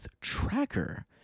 tracker